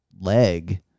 leg